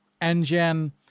engine